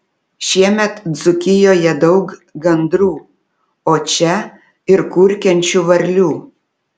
šiemet dzūkijoje daug gandrų o čia ir kurkiančių varlių